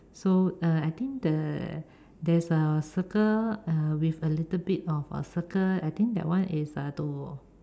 so uh I think the there's a circle uh with a little bit of a circle I think that one is uh to